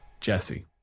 Jesse